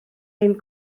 ein